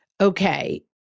okay